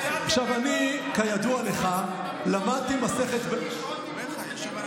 אני, כידוע לך, למדתי מסכת, לא רק זה,